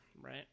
right